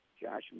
Josh